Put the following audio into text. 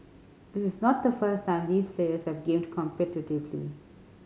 this is not the first time these players have gamed competitively